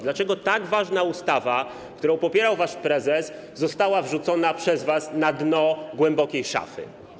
Dlaczego tak ważna ustawa, którą popierał wasz prezes, została wrzucona przez was na dno głębokiej szafy?